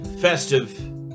festive